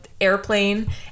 airplane